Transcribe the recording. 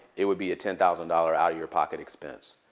it would be a ten thousand dollars out-of-your-pocket expense.